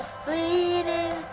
fleeting